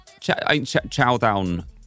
Chowdown